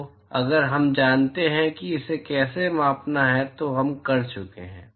तो अगर हम जानते हैं कि इसे कैसे मापना है तो हम कर चुके हैं